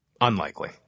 Unlikely